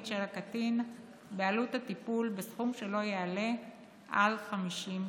של הקטין בעלות הטיפול בסכום שלא יעלה על 50 שקלים.